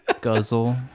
guzzle